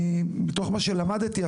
מתוך מה שלמדתי,